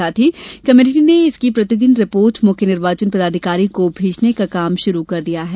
साथ ही कमेटी ने इसकी प्रतिदिन की रिपोर्ट मुख्य निर्वाचन पदाधिकारी को भेजने का काम शुरू कर दिया है